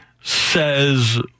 says